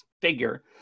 figure